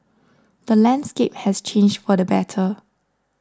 the landscape has changed for the better